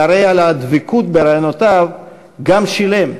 והרי על הדבקות ברעיונותיו גם שילם,